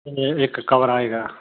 ਅਤੇ ਇੱਕ ਕਵਰ ਆਏਗਾ